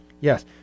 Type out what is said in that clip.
Yes